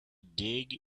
dig